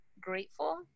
grateful